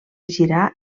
girar